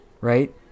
right